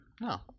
No